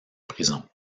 prison